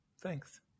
Thanks